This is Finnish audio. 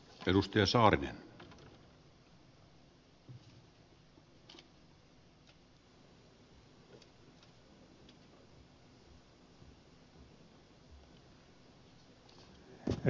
arvoisa herra puhemies